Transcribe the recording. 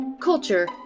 culture